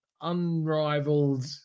unrivaled